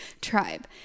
tribe